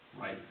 right